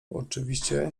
oczywiście